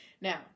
now